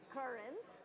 current